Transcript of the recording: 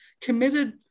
committed